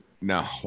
No